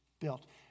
built